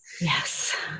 Yes